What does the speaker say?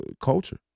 culture